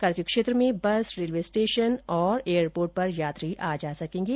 curfew क्षेत्र में bus railway station और एयरपोर्ट पर यात्री आ जा सकेंगें